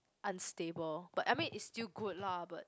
unstable but I mean it's still good lah but